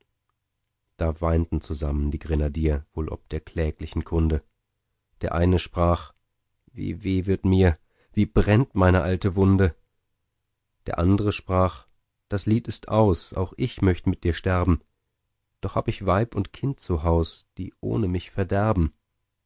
da weinten zusammen die grenadier wohl ob der kläglichen kunde der eine sprach wie weh wird mir wie brennt meine alte wunde der andre sprach das lied ist aus auch ich möcht mit dir sterben doch hab ich weib und kind zu haus die ohne mich verderben